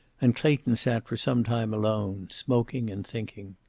and clayton sat for some time alone, smoking and thinking.